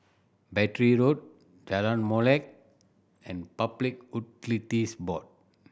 Battery Road Jalan Molek and Public Utilities Board